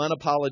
unapologetic